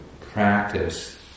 practice